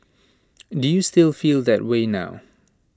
do you still feel that way now